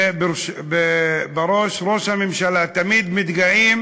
ובראש ראש הממשלה, תמיד מתגאים